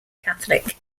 catholic